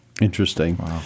Interesting